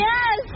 Yes